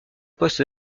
poste